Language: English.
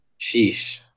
sheesh